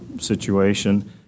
situation